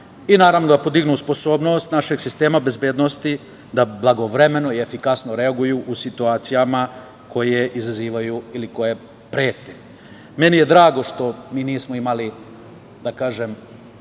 i, naravno, da podignu sposobnost našeg sistema bezbednosti, da blagovremeno i efikasno reaguju u situacijama koje izazivaju ili koje prete. Meni je drago što mi nismo imali, da kažem,